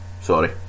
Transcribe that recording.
sorry